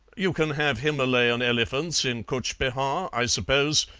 you can have himalayan elephants in cutch behar, i suppose,